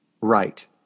Right